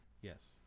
Yes